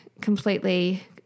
completely